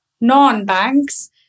non-banks